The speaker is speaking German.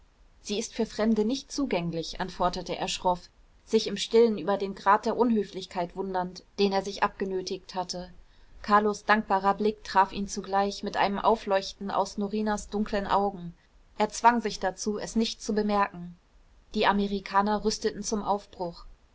sie ist für fremde nicht zugänglich antwortete er schroff sich im stillen über den grad der unhöflichkeit wundernd den er sich abgenötigt hatte carlos dankbarer blick traf ihn zugleich mit einem aufleuchten aus norinas dunklen augen er zwang sich dazu es nicht zu bemerken die amerikaner rüsteten zum aufbruch